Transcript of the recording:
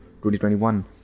2021